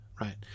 right